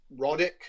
Roddick